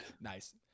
Nice